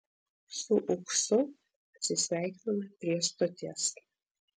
su uksu atsisveikinome prie stoties